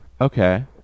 Okay